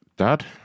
dad